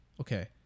okay